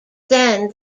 then